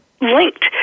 linked